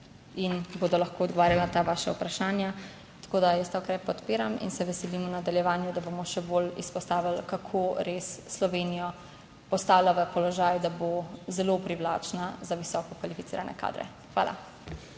in bodo lahko odgovarjali na ta vaša vprašanja. Tako da jaz ta ukrep podpiram in se veselim v nadaljevanju, da bomo še bolj izpostavili, kako res Slovenijo postavlja v položaj, da bo zelo privlačna za visoko kvalificirane kadre. Hvala.